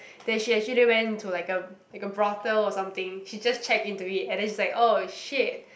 that she actually went into like a like a brothel or something she just check into it and then she's like oh !shit!